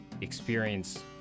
experience